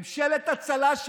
ממשלת הצלה,